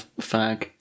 fag